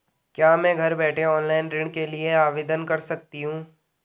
क्या मैं घर बैठे ऑनलाइन ऋण के लिए आवेदन कर सकती हूँ?